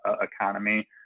economy